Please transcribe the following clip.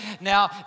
Now